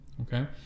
okay